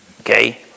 okay